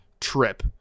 trip